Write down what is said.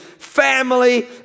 Family